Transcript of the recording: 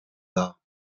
dar